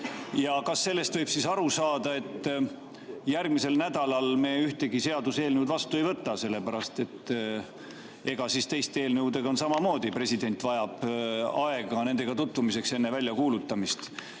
Ja kas sellest võib aru saada, et järgmisel nädalal me ühtegi seaduseelnõu vastu ei võta? Eks teiste eelnõudega on samamoodi, et president vajab aega nendega tutvumiseks enne väljakuulutamist.